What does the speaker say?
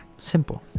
Simple